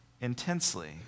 intensely